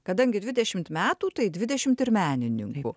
kadangi dvidešimt metų tai dvidešimt ir menininkų